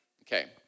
Okay